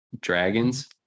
Dragons